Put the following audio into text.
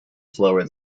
slower